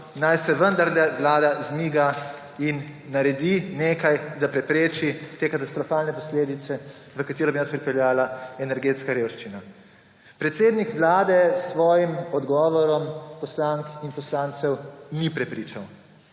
naj se vendarle vlada zmiga in naredi nekaj, da prepreči te katastrofalne posledice, v katere bi nas pripeljala energetska revščina. Predsednik Vlade s svojim odgovorom poslank in poslancev ni prepričal,